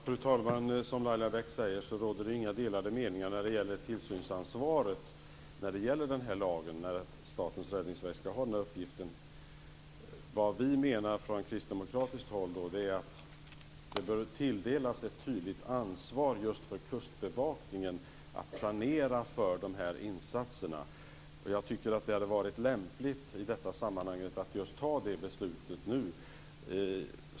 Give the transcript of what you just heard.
Fru talman! Som Laila Bäck säger råder det inga delade meningar om tillsynsansvaret enligt lagen och att Statens räddningsverk skall ha den uppgiften. Vad vi från kristdemokratisk håll menar är att det bör tilldelas ett tydligt ansvar just för Kustbevakningen att planera för dessa insatser. Det hade i detta sammanhang varit lämpligt att fatta det beslutet.